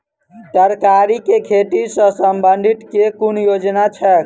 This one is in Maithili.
तरकारी केँ खेती सऽ संबंधित केँ कुन योजना छैक?